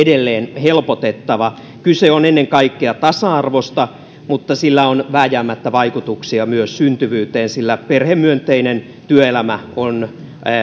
edelleen helpotettava kyse on ennen kaikkea tasa arvosta mutta sillä on vääjäämättä vaikutuksia myös syntyvyyteen sillä perhemyönteinen työelämä on